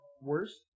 worse